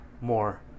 More